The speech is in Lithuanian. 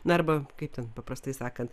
na arba kaip ten paprastai sakant